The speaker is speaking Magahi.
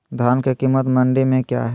धान के कीमत मंडी में क्या है?